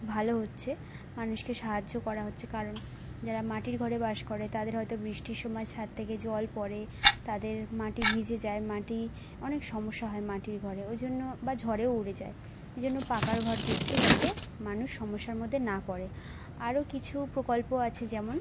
ভাল হচ্ছে মানুষকে সাহায্য করা হচ্ছে কারণ যারা মাটির ঘরে বাস করে তাদের হয়তো বৃষ্টির সময় ছাদ থেকে জল পড়ে তাদের মাটি ভিজে যায় মাটি অনেক সমস্যা হয় মাটির ঘরে ওই জন্য বা ঝড়েও উড়ে যায় ওই জন্য পাকার ঘর দিচ্ছে যাতে মানুষ সমস্যার মধ্যে না পড়ে আরো কিছু প্রকল্প আছে যেমন